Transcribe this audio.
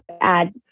add